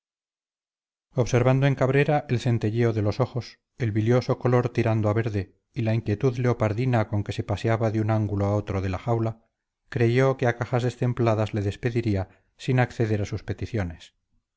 observando en cabrera el centelleo de los ojos el bilioso color tirando a verde y la inquietud leopardinacon que se paseaba de un ángulo a otro de la jaula creyó que a cajas destempladas le despediría sin acceder a sus peticiones